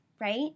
right